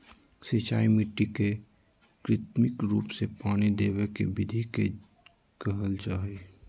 सिंचाई मिट्टी के कृत्रिम रूप से पानी देवय के विधि के कहल जा हई